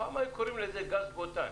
פעם היו קוראים לזה גז בוטאן.